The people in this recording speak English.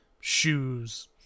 shoes